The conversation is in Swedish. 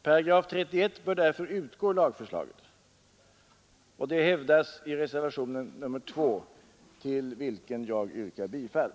31 § bör därför utgå ur lagförslaget. Detta hävdas också i reservationen 2, till vilken jag yrkar bifall.